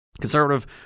Conservative